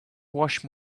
wash